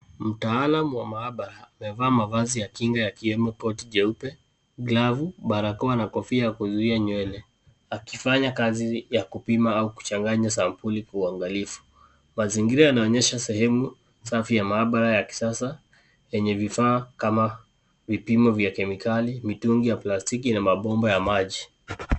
Mtaalam wa maabara, amevaa mavazi ya kinga yakiwemo koti jeupe, glavu, barakoa na kofia ya kuzuia nywele, akifanya kazi ya kupima au kuchanganya sampuli kwa uangalifu. Mazingira yanaonyesha sehemu safi ya mahabara ya kisasa, yenye vifaa kama vipimo vya kemikali, mitungi ya plastiki na mabomba ya maji.